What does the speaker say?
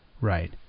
Right